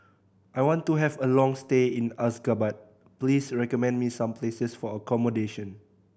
I want to have a long stay in Ashgabat Please recommend me some places for accommodation